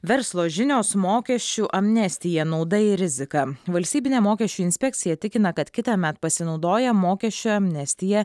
verslo žinios mokesčių amnestija nauda ir rizika valstybinė mokesčių inspekcija tikina kad kitąmet pasinaudoję mokesčių amnestija